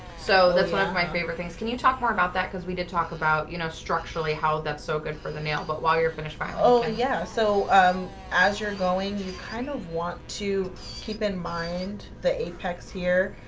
so that's one of my favorite things can you talk more about that? because we did talk about, you know, structurally how that's so good for the nail but while your finished final oh, and yeah so as you're going you kind of want to keep in mind the apex here,